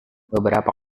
beberapa